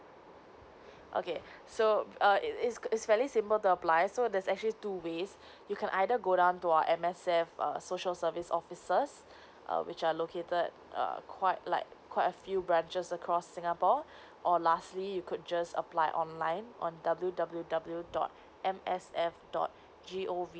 okay so err it's it's it's fairly simple to apply so there's actually two ways you can either go down to our M_S_F err social service offices err which are located err quite like quite a few branches across singapore or lastly you could just apply online on W W W dot M S F dot G_O_V